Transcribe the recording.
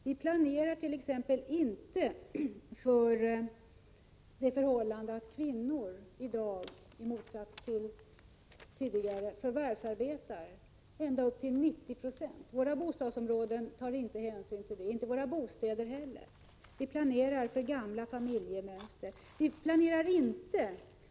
Vi planerar t.ex. inte utifrån det förhållandet att kvinnor i dag i motsats till tidigare förvärvsarbetar till nästan 90 96. I våra bostadsområden och bostäder tas ingen hänsyn till detta.